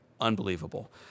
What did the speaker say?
unbelievable